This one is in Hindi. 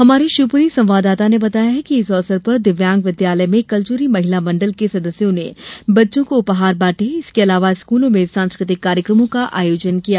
हमारे शिवपुरी संवाददाता ने बताया है कि इस अवसर पर दिव्यांग विद्यालय में कल्चुरी महिला मण्डल के सदस्यों ने बच्चों को उपहार बांटे इसके अलावा स्कूलों में सांस्कृतिक कार्यक्रमों के आयोजन हुए